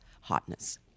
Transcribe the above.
hotness